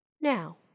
Now